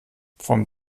vom